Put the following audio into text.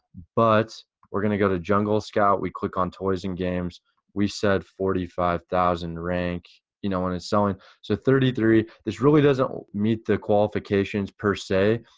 but we're gonna go to jungle scout we click on toys and games we said forty five thousand rank, y'know when it's selling so thirty three, this really doesn't meet the qualifications per se,